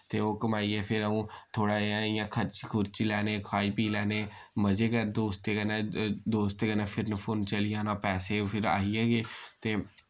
ते ओह् कमाइयै फ्ही अऊं थोह्ड़ा नेहा इय्यां खर्च खुर्ची लैन्ने खाई पी लैन्ने मजे कर दोस्तें कन्नै दोस्तें कन्नै फिरन फुरण चली जाना पैसे फिर आई यै गे ते